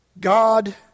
God